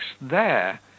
there